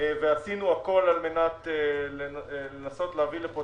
ועשינו הכול על מנת לנסות להביא לפה